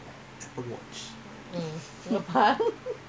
மொதபோனவாங்குனேன்:motha vaanka pooneen phone ah